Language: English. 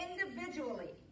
individually